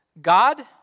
God